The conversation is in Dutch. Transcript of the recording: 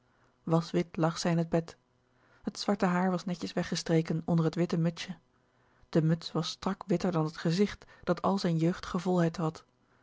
binnenplaats waswit lag zij in het bed het zwarte haar was netjes weggestreken onder het witte mutsje de muts was strak witter dan het gezicht dat al zijn jeugdige volheid had